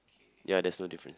ya there's no difference